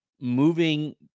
moving